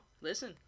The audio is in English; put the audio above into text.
Listen